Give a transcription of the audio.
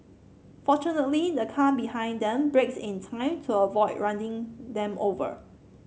fortunately the car behind them braked in time to avoid running them over